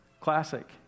classic